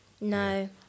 No